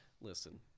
Listen